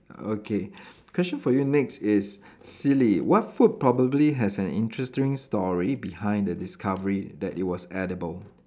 okay question for you next is silly what food probably has an interesting story behind the discovery that it was edible